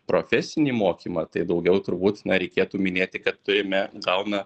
profesinį mokymą tai daugiau turbūt na reikėtų minėti kad turime gauna